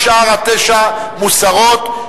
וכל שאר התשע מוסרות,